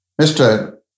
Mr